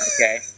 Okay